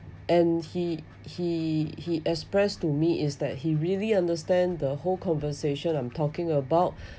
and he he he expressed to me is that he really understand the whole conversation I'm talking about